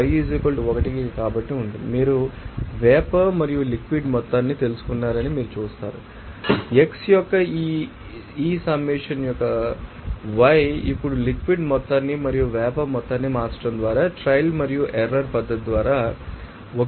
మీరు వేపర్ మరియు లిక్విడ్ మొత్తాన్ని తెలుసుకున్నారని మీరు చూస్తారని మీరు చెప్పవచ్చు xi యొక్క ఈ యి సమ్మషన్ యొక్క సమ్మషన్ yi ఇప్పుడు లిక్విడ్ మొత్తాన్ని మరియు వేపర్ మొత్తాన్ని మార్చడం ద్వారా ట్రయల్ మరియు ఎర్రర్ పద్ధతి ద్వారా 1 కి సమానంగా ఉంటుంది